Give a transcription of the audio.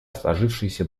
сложившаяся